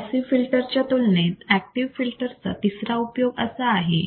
passive filter च्या तुलनेत active filter चा तिसरा उपयोग असा आहे